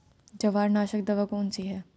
जवार नाशक दवा कौन सी है?